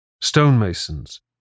Stonemasons